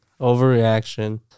Overreaction